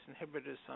inhibitors